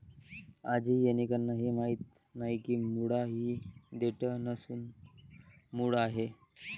आजही अनेकांना हे माहीत नाही की मुळा ही देठ नसून मूळ आहे